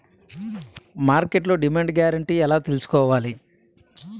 మార్కెట్లో demand guarantee ఎలా తెల్సుకోవాలి?